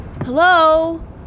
Hello